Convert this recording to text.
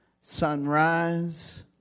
sunrise